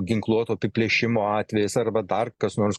ginkluoto apiplėšimo atvejis arba dar kas nors